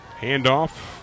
Handoff